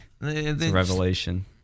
Revelation